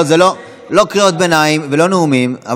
לא קריאות ביניים ולא נאומים.